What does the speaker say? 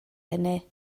hynny